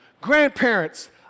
Grandparents